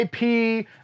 IP